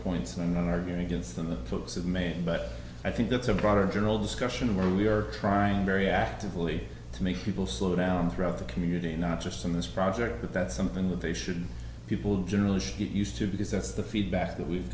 points and then argue against the folks of maine but i think that's a broader general discussion where we are trying very actively to make people slow down throughout the community not just in this project but that's something that they should people generally get used to because that's the feedback that we've